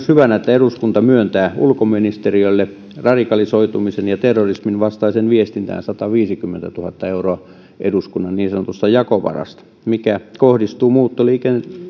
hyvänä myös että eduskunta myöntää ulkoministeriölle radikalisoitumisen ja terrorismin vastaiseen viestintään sataviisikymmentätuhatta euroa eduskunnan niin sanotusta jakovarasta mikä kohdistuu muuttoliikkeen